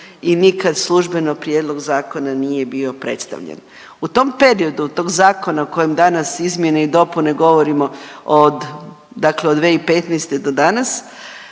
i nikad službeno prijedlog zakona nije bio predstavljen. U tom periodu tog zakona o kojem danas izmjene i dopune govorimo od, dakle od 2015. do danas,